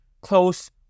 close